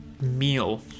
meal